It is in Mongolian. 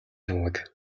чамайг